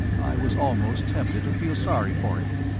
i was almost tempted to feel sorry for him.